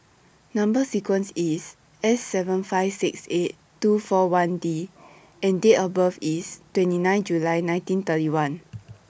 Number sequence IS S seven five six eight two four one D and Date of birth IS twenty nine July nineteen thirty one